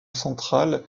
central